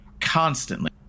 constantly